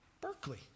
Berkeley